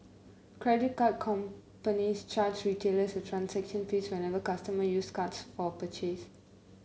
credit card companies charge retailers a transaction fee whenever customers use cards for a purchase